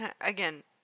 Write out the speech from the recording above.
Again